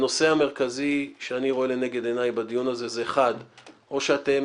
הנושא המרכזי שאני רואה לנגד עיניי בדיון הזה הוא: או שאתם